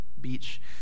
Beach